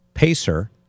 Pacer